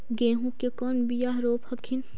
गेहूं के कौन बियाह रोप हखिन?